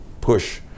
push